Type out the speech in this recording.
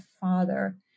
father